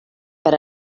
per